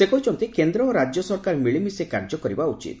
ସେ କହିଛନ୍ତି କେନ୍ଦ୍ର ଓ ରାଜ୍ୟ ସରକାର ମିଳିମିଶି କାର୍ଯ୍ୟ କରିବା ଉଚିତ